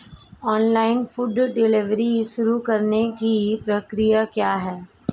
Online food delivery शुरू करने की प्रक्रिया क्या है?